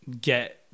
get